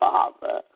Father